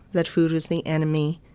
that food was the enemy.